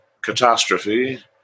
catastrophe